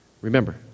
Remember